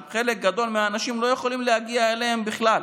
חלק גדול מהאנשים לא יכולים להגיע אליהם בכלל.